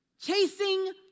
Chasing